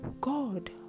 god